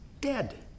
dead